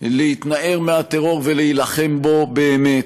להתנער מהטרור ולהילחם בו באמת.